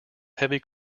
heavy